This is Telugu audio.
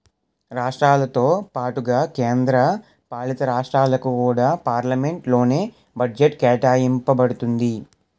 రాష్ట్రాలతో పాటుగా కేంద్ర పాలితరాష్ట్రాలకు కూడా పార్లమెంట్ లోనే బడ్జెట్ కేటాయింప బడుతుంది